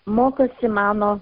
mokosi mano